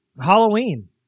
Halloween